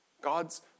God's